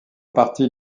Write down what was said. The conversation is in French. partie